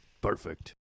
Perfect